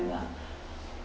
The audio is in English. lah